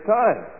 time